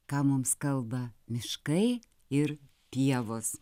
ką mums kalba miškai ir pievos